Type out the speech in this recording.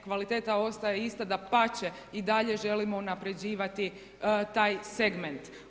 Kvaliteta ostaje ista, dapače, i dalje želimo unapređivati taj segment.